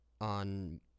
on